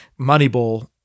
Moneyball